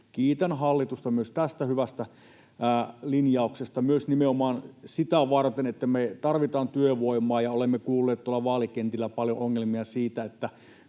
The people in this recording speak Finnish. Kiitän hallitusta myös tästä hyvästä linjauksesta, myös nimenomaan sitä varten, että me tarvitaan työvoimaa. Olemme kuulleet tuolla vaalikentillä paljon ongelmia myös